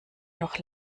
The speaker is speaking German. noch